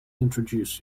introduce